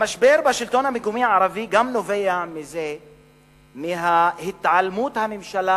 המשבר בשלטון המקומי הערבי גם נובע מהתעלמות הממשלה